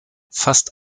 fast